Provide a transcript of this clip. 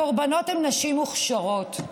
הקורבנות הם נשים מוכשרות,